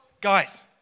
Guys